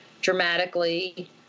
dramatically